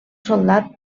soldat